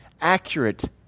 accurate